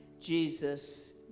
Jesus